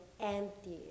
empty